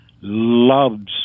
loves